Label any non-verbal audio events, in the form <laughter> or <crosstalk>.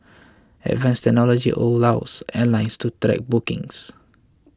<noise> advanced technology allows airlines to <unintelligible> bookings